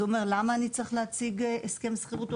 העולה שואל למה אני צריך להציג את זה?